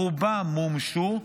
רובם מומשו,